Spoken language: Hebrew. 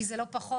כי זה לא פחות.